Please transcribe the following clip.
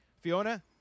Fiona